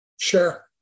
Sure